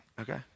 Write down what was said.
Okay